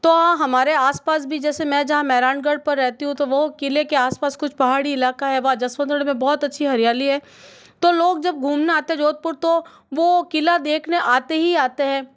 तो हमारे आसपास भी जैसे मैं जहाँ महरानगढ़ पर रहती हूँ तो वो किले आसपास कुछ पहाड़ी इलाका है वह जसवंतगढ़ में बहुत अच्छी हरियाली है तो लोग जब घूमना आते जोधपुर तो वो किला देखने आते ही आते हैं